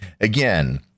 again